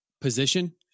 position